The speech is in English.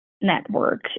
network